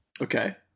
Okay